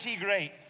great